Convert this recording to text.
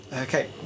okay